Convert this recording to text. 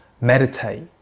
meditate